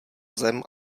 zem